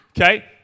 okay